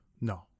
No